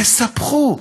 תספחו.